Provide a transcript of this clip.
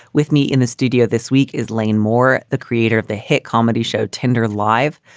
with me in the studio this week is lane moore, the creator of the hit comedy show tender live,